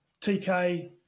TK